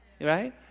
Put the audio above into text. Right